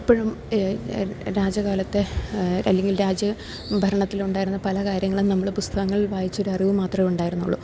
ഇപ്പഴും രാജകാലത്തെ അല്ലെങ്കിൽ രാജ്യ ഭരണത്തിലുണ്ടായിരുന്ന പല കാര്യങ്ങളും നമ്മള് പുസ്തകങ്ങൾ വായിച്ചൊരറിവ് മാത്രമെ ഉണ്ടായിരുന്നുള്ളൂ